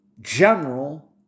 general